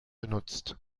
benutzt